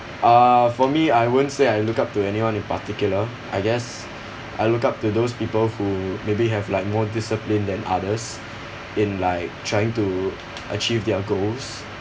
uh for me I wouldn't say I look up to anyone in particular I guess I look up to those people who maybe have like more discipline than others in like trying to achieve their goals